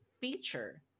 feature